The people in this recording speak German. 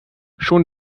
schon